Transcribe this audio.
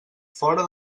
fora